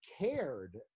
cared